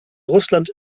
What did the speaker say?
russland